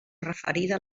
referida